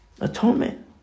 Atonement